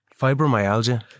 Fibromyalgia